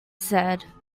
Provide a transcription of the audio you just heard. said